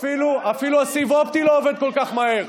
אפילו סיב אופטי לא עובד כל כך מהר.